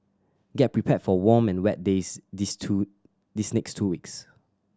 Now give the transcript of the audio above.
get prepared for warm and wet days these two these next two weeks